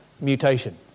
mutation